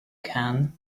can